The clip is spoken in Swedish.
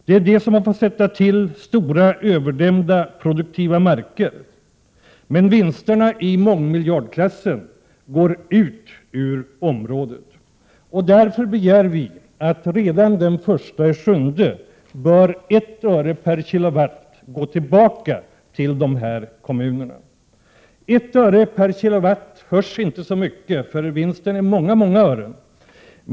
Det är det området som har fått sätta till stora överdämda, produktiva marker. Men vinsterna, som alltså är i mångmiljardklassen, går ut ur området. Därför begär vi att 1 öre per kilowatt går tillbaka till dessa kommuner redan från den 1 juli. 1 öre per kilowatt låter inte så mycket, eftersom vinsten motsvarar många ören.